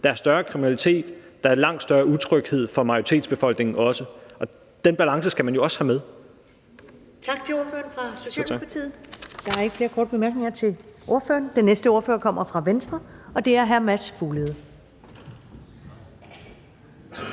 Der er mere kriminalitet, og der er langt større utryghed for majoritetsbefolkningen også, og den balance skal man jo også have med.